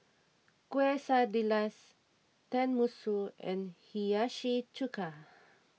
Quesadillas Tenmusu and Hiyashi Chuka